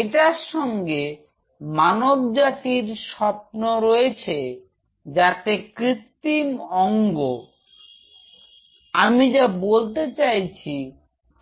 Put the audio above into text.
এটার সঙ্গে মানবজাতির স্বপ্ন রয়েছে যাতে কৃত্রিম অঙ্গ আমি যা বলতে চাচ্ছি